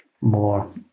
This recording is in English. more